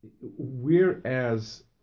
Whereas